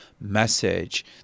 message